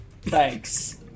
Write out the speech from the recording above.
Thanks